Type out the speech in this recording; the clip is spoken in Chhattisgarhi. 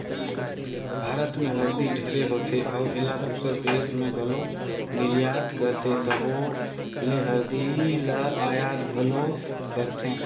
भारत में हरदी ढेरे होथे अउ एला दूसर देस में घलो निरयात करथे तबो ले हरदी ल अयात घलो करथें